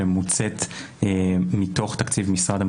שמוקצית מתוך תקציב משרד המשפטים.